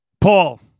Paul